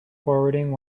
forwarding